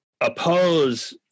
oppose